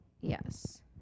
yes